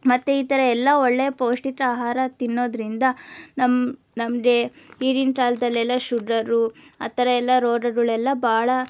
ಮತ್ತೆ ಈ ಥರ ಎಲ್ಲ ಒಳ್ಳೆ ಪೌಷ್ಟಿಕ ಆಹಾರ ತಿನ್ನೋದರಿಂದ ನಮ್ಮ ನಮಗೆ ಈಗಿನ ಕಾಲದಲ್ಲೆಲ್ಲ ಶುಗರು ಆ ಥರ ಎಲ್ಲ ರೋಗಗಳೆಲ್ಲ ಭಾಳ